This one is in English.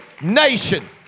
nation